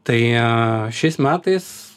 tai šiais metais